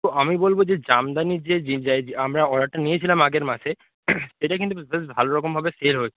তো আমি বলব যে জামদানির যে আমরা অর্ডারটা নিয়েছিলাম আগের মাসে এটা কিন্তু বেশ বেশ ভালো রকম ভাবে সেল হচ্ছে